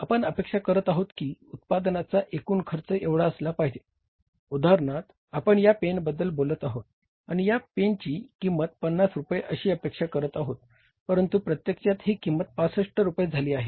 आपण अपेक्षा करत आहोत की उत्पादनाचा एकूण खर्च एवढा असला पाहिजे उदाहरणार्थ आपण या पेनबद्दल बोलत आहोत आणि या पेनची किंमत पन्नास रुपये अशी अपेक्षा करत आहोत परंतु प्रत्यक्षात ही किंमत पासष्ट रुपये झाली आहे